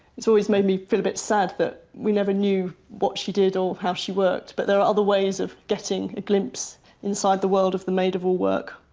it's always made me feel a bit sad that we never knew what she did or how she worked, but there are other ways of getting a glimpse inside the world of the maid-of-all-work.